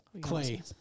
Clay